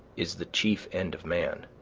is the chief end of man,